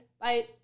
Bye